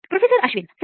professor ಅಶ್ವಿನ್ಸರಿ